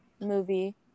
movie